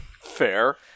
Fair